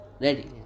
ready